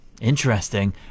Interesting